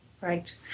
Right